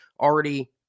already